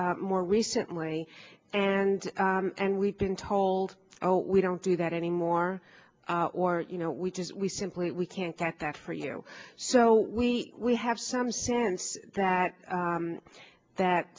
more recently and and we've been told oh we don't do that anymore or you know we just we simply we can't get that for you so we have some sense that that